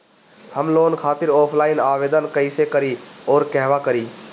हम लोन खातिर ऑफलाइन आवेदन कइसे करि अउर कहवा करी?